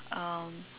um